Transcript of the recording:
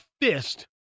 fist